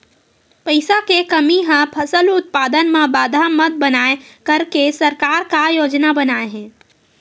पईसा के कमी हा फसल उत्पादन मा बाधा मत बनाए करके सरकार का योजना बनाए हे?